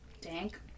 Dank